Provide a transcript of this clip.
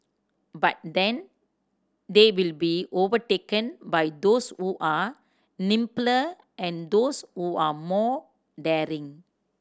but then they will be overtaken by those who are nimbler and those who are more daring